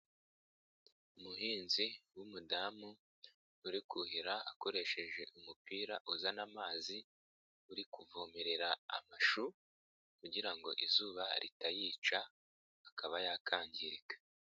Umuhinzi w'umudamu uri kuhira akoresheje umupira uzana amazi, uri kuvomerera amashu kugira ngo izuba ritayica akaba yakangirika.